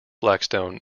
blackstone